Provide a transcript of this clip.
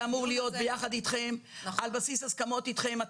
אמור להיות יחד איתכם על בסיס הסכמות איתכם.